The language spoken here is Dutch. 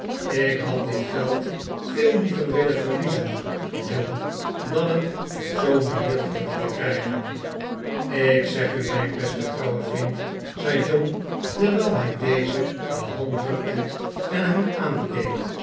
ik had dit geld veel liever willen verliezen john dan het op zoo'n manier terug te krijgen ik zeg u mijn beste trouwe vriend zei john terwijl hij dezen de hand drukte en hem